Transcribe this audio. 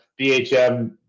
BHM